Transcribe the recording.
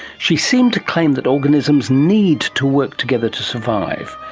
she seemed to claim that organisms need to work together to survive.